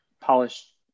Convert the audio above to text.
polished